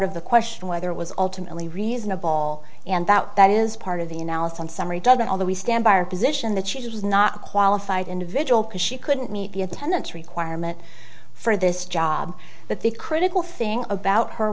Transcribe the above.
of the question whether it was alternately reasonable and that that is part of the analysis on summary judgment although we stand by our position that she was not qualified individual because she couldn't meet the attendance requirement for this job but the critical thing about her